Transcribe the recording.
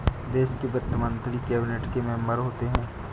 देश के वित्त मंत्री कैबिनेट के मेंबर होते हैं